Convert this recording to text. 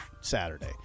Saturday